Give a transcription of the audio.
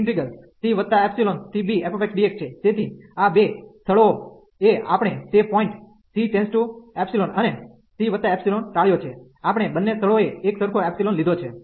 તેથી આ બે સ્થળોએ આપણે તે પોઈન્ટ c ϵ અને c ϵ ટાળ્યો છે આપણે બંને સ્થળોએ એકસરખો લીધો છે